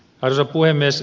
arvoisa puhemies